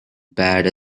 bad